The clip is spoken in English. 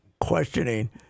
questioning